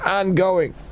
ongoing